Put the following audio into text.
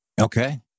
Okay